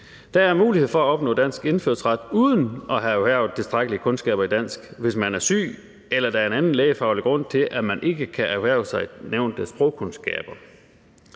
Der er mulighed for at opnå dansk indfødsret uden at have erhvervet tilstrækkelige kundskaber i dansk, hvis man er syg, eller hvis der er en anden lægefaglig grund til, at man ikke kan erhverve sig nævnte sprogkundskaber.